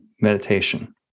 meditation